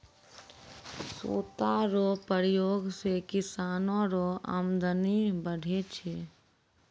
सूता रो प्रयोग से किसानो रो अमदनी बढ़ै छै